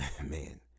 man